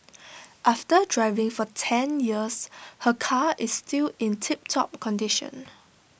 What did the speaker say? after driving for ten years her car is still in tiptop condition